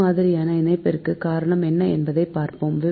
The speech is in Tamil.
இம்மாதிரியான இணைப்பிற்கு காரணம் என்ன என்பதை பார்ப்போம்